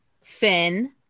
finn